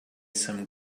some